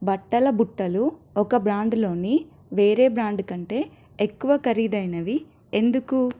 బట్టల బుట్టలు ఒక బ్రాండ్లోని వేరే బ్రాండ్ కంటే ఎక్కువ ఖరీదైనవి ఎందుకు